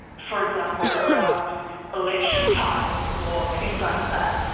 for example, around election time or things like that,